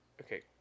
Okay